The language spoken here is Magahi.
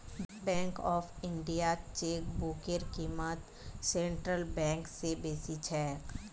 बैंक ऑफ इंडियात चेकबुकेर क़ीमत सेंट्रल बैंक स बेसी छेक